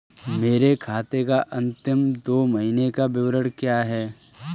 मेरे खाते का अंतिम दो महीने का विवरण क्या है?